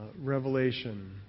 revelation